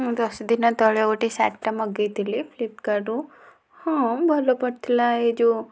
ମୁଁ ଦଶ ଦିନ ତଳେ ଗୋଟେ ଶାଢ଼ୀଟା ମଗେଇଥିଲି ଫ୍ଲିପିକାର୍ଟରୁ ହଁ ଭଲ ପଡ଼ିଥିଲା ଏଇ ଯେଉଁ